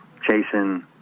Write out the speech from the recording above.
chasing